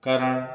कारण